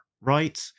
right